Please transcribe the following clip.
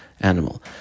animal